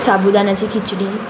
साबुदाण्याची khichdi